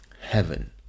Heaven